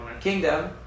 kingdom